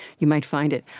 you might find it.